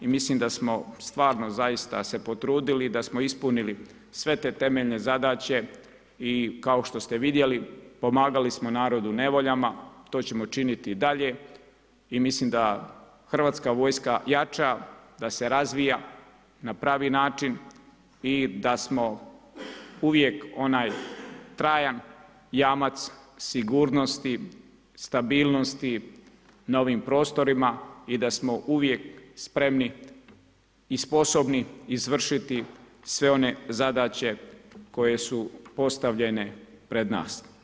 I mislimo da smo se stvarno zaista potrudili da smo ispunili sve te temeljne zadaće i kao što ste vidjeli pomagali smo narodu u nevoljama, to ćemo činiti i dalje i mislim da Hrvatska vojska jača, da se razvija na pravi način i da smo uvijek onaj trajan jamac sigurnosti, stabilnosti na ovim prostorima i da smo uvijek spremni i sposobni izvršiti sve one zadaće koje su postavljene pred nas.